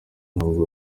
ntabwo